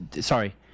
sorry